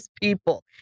people